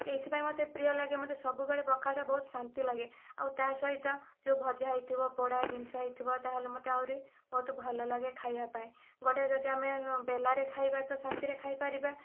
ଏଇଥିପାଇଁ ମୋତେ ପ୍ରିୟ ଲାଗେ ମୋତେ ସବୁବେଳେ ପଖାଳଟା ବହୁତ ଶାନ୍ତି ଲାଗେ ଆଉ ତା'ସହିତ ଯୋଉ ଭଜା ହୋଇଥିବ ପୋଡ଼ା ଜିନିଷ ହୋଇଥିବ ତା'ହେଲେ ମୋତେ ଆହୁରି ବହୁତ ଭଲ ଲାଗେ ଖାଇବା ପାଇଁ ଗୋଟିଏ ଯଦି ଆମେ ବେଲାରେ ଖାଇବା ତ ଶାନ୍ତିରେ ଖାଇପାରିବା